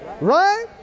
Right